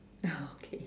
okay